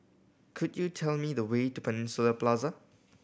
could you tell me the way to Peninsula Plaza